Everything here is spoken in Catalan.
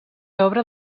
obra